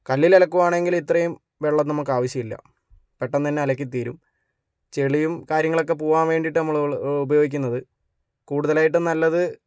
കല്ലില് അലക്കുകയാണെങ്കിൽ ഇത്രയും വെള്ളം നമുക്ക് ആവിശ്യമില്ല പെട്ടെന്നു തന്നെ അലക്കിത്തീരും ചെളിയും കാര്യങ്ങളൊക്കെ പോകാന് വേണ്ടിയിട്ട് നമ്മൾ ഉപയോഗിക്കുന്നത് കൂടുതലായിട്ടും നല്ലത്